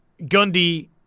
Gundy –